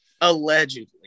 allegedly